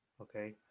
Okay